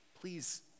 please